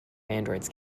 androids